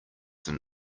than